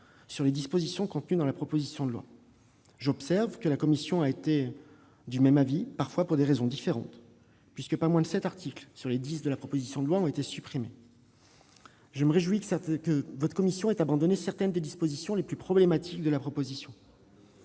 sur les dispositions de cette proposition de loi. J'observe que la commission a été du même avis, parfois pour des raisons différentes, puisque, sur les dix articles que comptait le texte initial, pas moins de sept ont été supprimés. Je me réjouis que votre commission ait abandonné certaines des dispositions les plus problématiques de la proposition